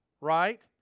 right